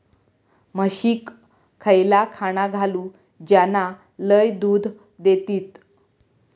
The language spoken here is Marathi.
म्हशीक खयला खाणा घालू ज्याना लय दूध देतीत?